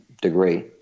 degree